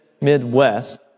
Midwest